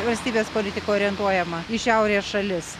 valstybės politika orientuojama į šiaurės šalis